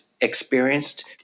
experienced